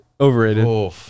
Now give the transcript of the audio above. Overrated